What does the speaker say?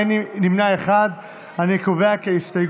קבוצת סיעת הציונות הדתית וקבוצת סיעת ש"ס לפני